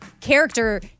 character